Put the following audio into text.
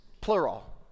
plural